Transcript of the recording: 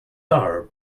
are